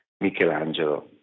Michelangelo